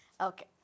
okay